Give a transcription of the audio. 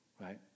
right